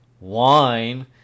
Wine